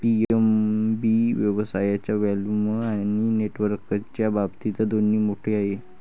PNB व्यवसायाच्या volume आणि नेटवर्कच्या बाबतीत दोन्ही मोठे आहे